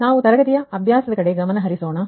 ಹಾಗಾಗಿ ನಾವು ತರಗತಿಯ ಅಭ್ಯಾಸದ ಕಡೆಗೆ ಗಮನಹರಿಸೋಣ